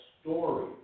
story